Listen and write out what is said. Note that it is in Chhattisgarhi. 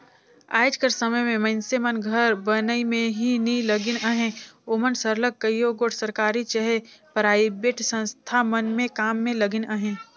आएज कर समे में मइनसे मन घर बनई में ही नी लगिन अहें ओमन सरलग कइयो गोट सरकारी चहे पराइबेट संस्था मन में काम में लगिन अहें